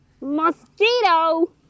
mosquito